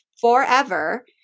forever